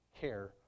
care